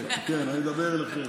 כן, אני מדבר אליכם.